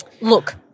Look